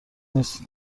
نیز